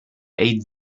eight